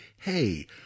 Hey